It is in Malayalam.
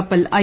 കപ്പൽ ഐ